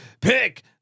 Pick